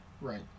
Right